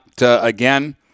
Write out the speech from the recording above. again